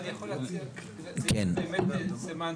זה נשמע באמת סמנטי.